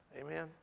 Amen